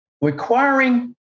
requiring